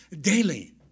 daily